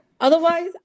otherwise